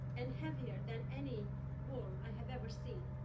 and heavier than any wall i have ever seen.